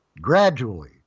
Gradually